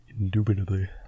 Indubitably